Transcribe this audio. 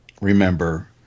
remember